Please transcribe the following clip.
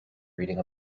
reading